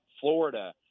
Florida